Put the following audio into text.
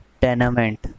tenement